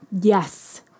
Yes